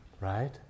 right